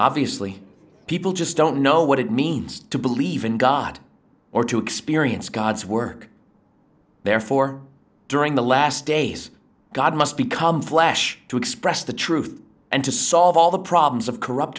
obviously people just don't know what it means to believe in god or to experience god's work therefore during the last days god must become flesh to express the truth and to solve all the problems of corrupt